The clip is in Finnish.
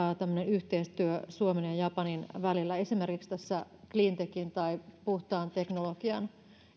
tämmöinen yhteistyö suomen ja ja japanin välillä esimerkiksi tässä cleantechin tai puhtaan teknologian